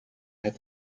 have